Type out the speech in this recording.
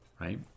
right